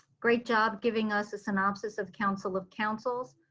great job giving us a synopsis of council of councils.